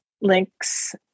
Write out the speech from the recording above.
Link's